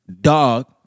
dog